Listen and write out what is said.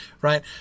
Right